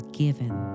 given